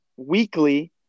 weekly